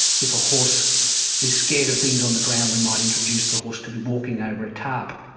if a horse is scared of things on the ground, we might introduce the horse to be walking over a tarp.